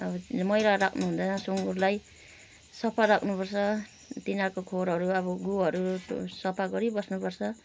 अब मैला राख्नु हुँदैन सुँगुरलाई सफा रार्ख्नु पर्छ तिनीहरूको खोरहरू अब गुहुहरू सफा गरिबस्नु पर्छ